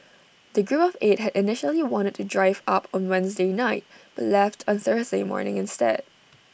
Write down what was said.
the group of eight had initially wanted to drive up on Wednesday night but left on Thursday morning instead